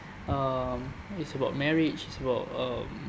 um it's about marriage it's about um